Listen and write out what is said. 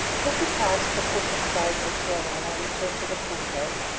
as we passed the crook and plaid hotel, on our return to the court-house,